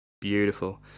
Beautiful